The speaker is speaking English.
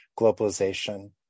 globalization